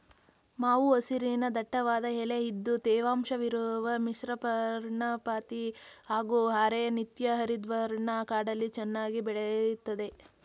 ಮಾವು ಹಸಿರಿನ ದಟ್ಟವಾದ ಎಲೆ ಇದ್ದು ತೇವಾಂಶವಿರುವ ಮಿಶ್ರಪರ್ಣಪಾತಿ ಹಾಗೂ ಅರೆ ನಿತ್ಯಹರಿದ್ವರ್ಣ ಕಾಡಲ್ಲಿ ಚೆನ್ನಾಗಿ ಬೆಳಿತದೆ